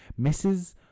Mrs